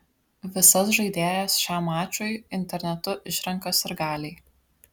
visas žaidėjas šiam mačui internetu išrenka sirgaliai